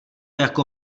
jako